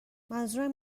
منظورم